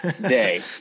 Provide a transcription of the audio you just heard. day